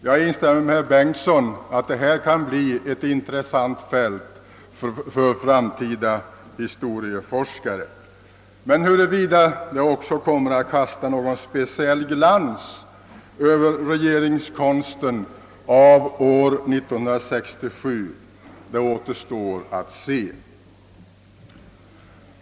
Jag instämmer med herr Bengtson i Solna i att detta kan bli ett intressant fält för framtida historieforskare. Men huruvida det också kommer att kasta någon speciell glans över regeringskonsten av år 1967 återstår att se.